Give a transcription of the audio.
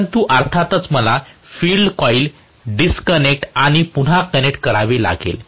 परंतु अर्थातच मला फील्ड कॉइल डिस्कनेक्ट आणि पुन्हा कनेक्ट करावे लागेल